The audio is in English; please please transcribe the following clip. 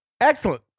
excellent